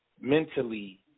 mentally